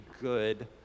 good